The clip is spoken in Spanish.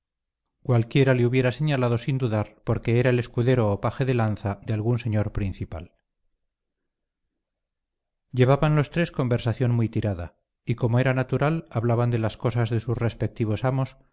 cualquiera le hubiera señalado sin dudar porque era el escudero o paje de lanza de algún señor principal llevaban los tres conversación muy tirada y como era natural hablaban de las cosas de sus respectivos amos